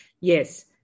yes